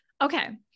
Okay